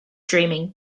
dreaming